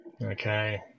Okay